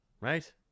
Right